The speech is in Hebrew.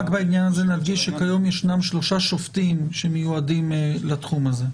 רק בעניין הזה נדגיש שכיום ישנם שלושה שופטים שמיועדים לתחום הזה.